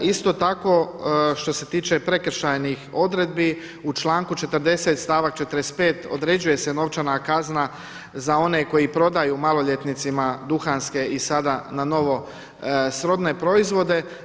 Isto tako što se tiče prekršajnih odredbi u članku 40., stavak 45. određuje se novčana kazna za one koji prodaju maloljetnicima duhanske i sada na novo srodne proizvode.